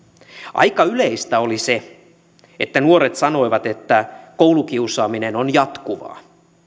aika yleistä oli se että nuoret sanoivat että koulukiusaaminen on jatkuvaa